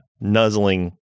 nuzzling